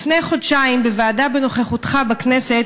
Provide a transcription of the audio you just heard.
לפני חודשיים, בוועדה בכנסת,